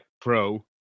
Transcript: Pro